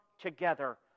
together